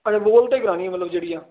ਅੱਛਾ ਗੋਲ 'ਤੇ ਕਰਵਾਉਣੀ ਆ ਮਤਲਬ ਜਿਹੜੀ ਆ